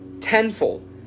Tenfold